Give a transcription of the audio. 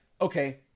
okay